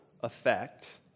effect